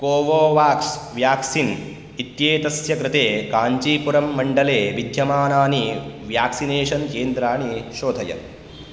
Covovax vaccine इत्येतस्य कृते काञ्चीपुरं मण्डले विद्यमानानि वेक्सिनेशन् केन्द्राणि शोधय